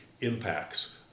impacts